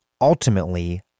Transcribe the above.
ultimately